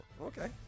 Okay